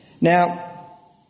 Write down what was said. Now